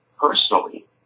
personally